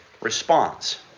response